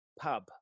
pub